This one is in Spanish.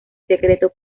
secreto